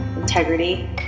integrity